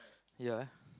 ya